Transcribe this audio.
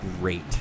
great